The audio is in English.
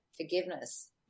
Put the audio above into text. forgiveness